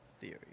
Theory